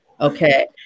Okay